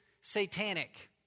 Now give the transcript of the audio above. satanic